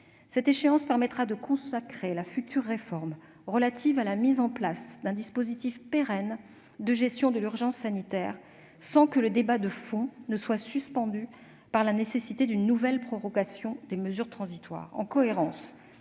Cette échéance permettra de consacrer la future réforme relative à la mise en place d'un dispositif pérenne de gestion de l'urgence sanitaire, sans que le débat de fond soit suspendu par la nécessité d'une nouvelle prorogation des mesures transitoires.